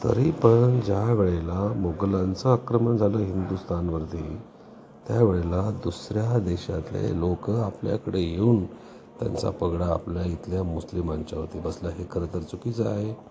तरी पण ज्या वेळेला मुघलांचं आक्रमण झालं हिंदुस्थानवरती त्यावेळेला दुसऱ्या देशातले लोक आपल्याकडे येऊन त्यांचा पगडा आपल्या इथल्या मुस्लिमांच्यावरती बसला हे खरं तर चुकीचं आहे